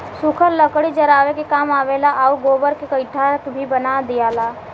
सुखल लकड़ी जरावे के काम आवेला आउर गोबर के गइठा भी बना दियाला